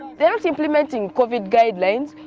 they are not implementing covid guidelines,